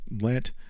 let